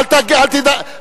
אף פעם לא הגיעו לרמה הזאת.